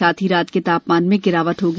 साथ ही रात के तापमान में गिरावट होगी